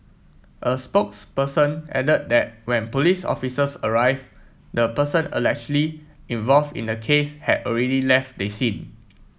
a spokesperson added that when police officers arrive the person allegedly involve in the case had already left the scene